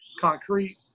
concrete